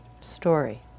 story